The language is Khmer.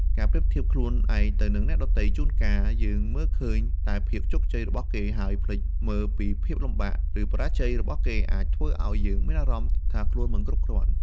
ការប្រៀបធៀបខ្លួនឯងទៅនឹងអ្នកដទៃ ដែលជួនកាលយើងមើលឃើញតែភាពជោគជ័យរបស់គេ ហើយភ្លេចមើលពីភាពលំបាក ឬបរាជ័យរបស់គេ ក៏អាចធ្វើឲ្យយើងមានអារម្មណ៍ថាខ្លួនមិនគ្រប់គ្រាន់។